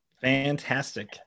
Fantastic